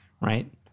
right